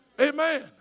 Amen